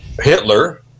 Hitler